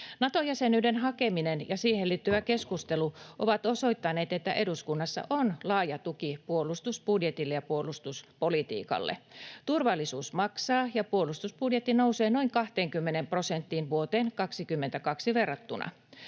Nato-jäsenyyden hakeminen ja siihen liittyvä keskustelu ovat osoittaneet, että eduskunnassa on laaja tuki puolustusbudjetille ja puolustuspolitiikalle. Turvallisuus maksaa, ja puolustusbudjetti nousee noin 20 prosenttia vuoteen 22 verrattuna.